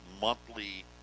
monthly